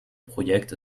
projekt